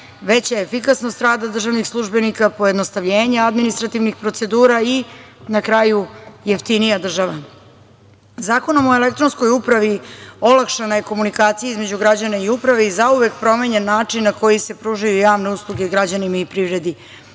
veća efikasnost rada državnih službenika, pojednostavljenje administrativnih procedura i na kraju jeftinija država. Zakonom o elektronskoj upravi olakšana je komunikacija između građana i uprave i zauvek promenjen način na koji se pružaju javne usluge građanima i privredi,